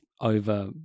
over